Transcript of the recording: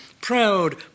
proud